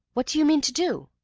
what do you mean to do?